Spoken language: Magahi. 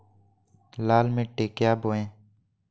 लाल मिट्टी क्या बोए?